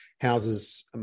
houses